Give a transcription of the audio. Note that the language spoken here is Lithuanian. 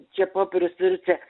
čia popierius turiu čia